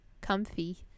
comfy